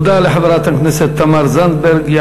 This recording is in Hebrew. תודה לחברת הכנסת תמר זנדברג.